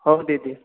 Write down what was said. ହଉ ଦିଦି